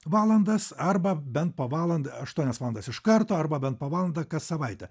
valandas arba bent po valandą aštuonias valandas iš karto arba bent po valandą kas savaitę